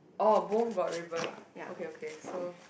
oh both got ribbon ah okay okay so